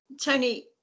Tony